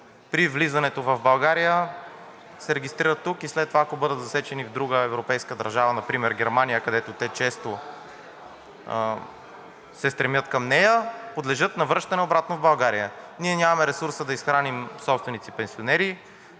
при влизането в България се регистрират тук и след това, ако бъдат засечени в друга европейска държава, например Германия, където те често се стремят към нея, подлежат на връщане обратно в България. Ние нямаме ресурса да изхраним собствените си пенсионери,